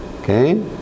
okay